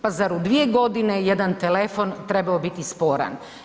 Pa zar u 2 godine jedan telefon trebao biti sporan.